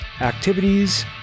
activities